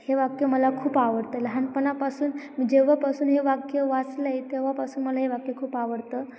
हे वाक्य मला खूप आवडतं लहानपणापासून मी जेव्हापासून हे वाक्य वाचलय तेव्हापासून मला हे वाक्य खूप आवडतं